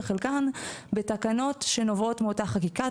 וחלקן בתקנות שנובעות מאותה חקיקה,